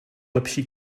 lepší